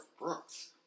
Brooks